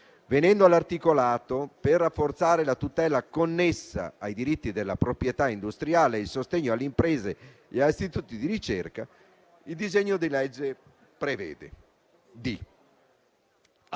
Venendo all'articolato, per rafforzare la tutela connessa ai diritti della proprietà industriale e al sostegno alle imprese e agli istituti di ricerca, il disegno di legge prevede, in